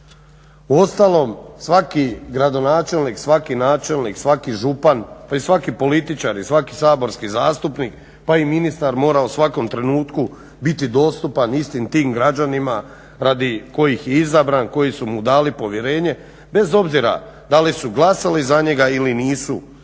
Uostalom svaki gradonačelnik, svaki načelnik, svaki župan pa i svaki političar i svaki saborski zastupnik pa i ministar mora u svakom trenutku biti dostupan istim tim građanima radi kojih je izabran koji su mu dali povjerenje bez obzira da li su glasali za njega ili nisu glasali.